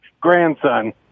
grandson